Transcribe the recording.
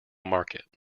market